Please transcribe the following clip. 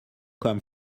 come